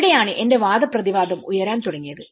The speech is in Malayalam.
അവിടെയാണ് എന്റെ വാദപ്രതിവാദം ഉയരാൻ തുടങ്ങിയത്